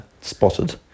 Spotted